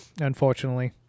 Unfortunately